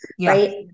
right